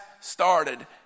started